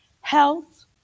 health